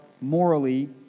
morally